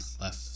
left